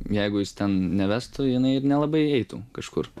jeigu jis ten nevestų jinai ir nelabai eitų kažkur